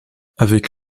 avec